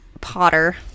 potter